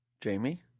Jamie